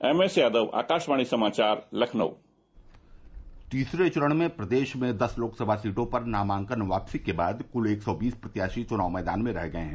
M S Yadav Akashvani समाचार लखनऊ तीसरे चरण में प्रदेश में दस लोकसभा सीटों पर नामांकन वापसी के बाद कुल एक सौ बीस प्रत्याशी चुनाव मैदान में रह गये हैं